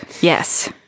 Yes